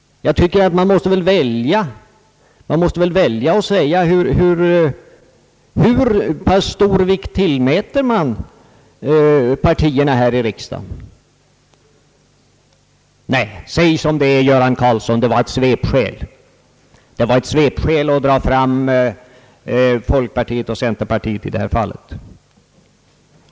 Man måste väl välja och säga hur pass stor vikt man tillmäter partierna här i riksdagen. Nej, säg som det är, herr Göran Karlsson, det var ett svepskäl! Det var ett svepskäl att i detta fall dra fram folkpartiet och centerpartiet.